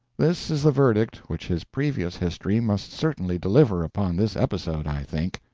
this is the verdict which his previous history must certainly deliver upon this episode, i think.